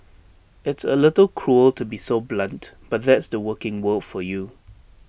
it's A little cruel to be so blunt but that's the working world for you